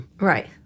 Right